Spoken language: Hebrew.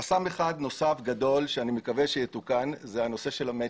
חסם אחד נוסף גדול שאני מקווה שיתוקן זה הנושא של המצ'ינג.